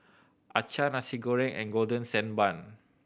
acar Nasi Goreng and Golden Sand Bun